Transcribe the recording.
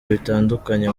bitandukanye